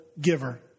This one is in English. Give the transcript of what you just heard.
giver